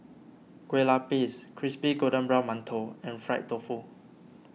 Kueh Lupis Crispy Golden Brown Mantou and Fried Tofu